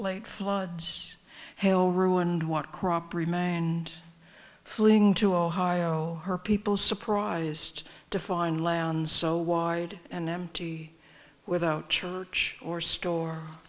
late floods hail ruined what crop remained fleeing to ohio her people surprised to find land so wide and empty without church or store